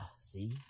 see